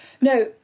No